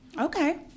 Okay